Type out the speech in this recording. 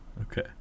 Okay